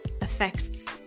affects